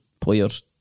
players